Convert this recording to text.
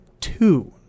two